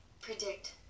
predict